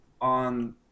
on